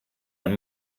ein